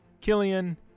Killian